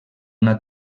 una